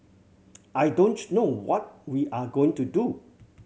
I don't know what we are going to do